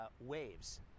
Waves